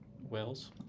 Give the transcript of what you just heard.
Wales